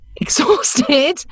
exhausted